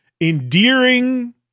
endearing